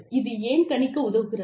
இது ஏன் கணிக்க உதவுகிறது